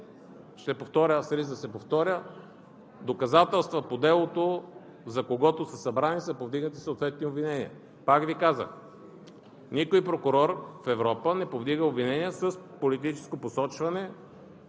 делото КТБ. С риск да се повторя, доказателства по делото за когото са събрани, са повдигнати съответни обвинения. Пак казвам, никой прокурор в Европа не повдига обвинения с политическо посочване